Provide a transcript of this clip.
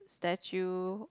statue